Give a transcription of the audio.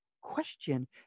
question